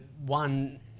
one